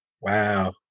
Wow